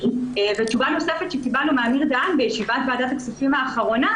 תשובה נוספת שקיבלנו מאמיר דהן בישיבת ועדת הכספים האחרונה,